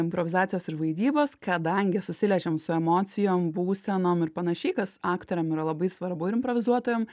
improvizacijos ir vaidybos kadangi susiliečiam su emocijom būsenom ir panašiai kas aktoriam yra labai svarbu ir improvizuotojom